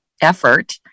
effort